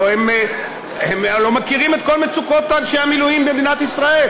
הם הלוא מכירים את כל מצוקות אנשי המילואים במדינת ישראל,